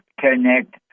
Connect